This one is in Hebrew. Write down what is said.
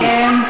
נא לסיים.